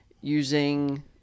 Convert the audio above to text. using